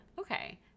Okay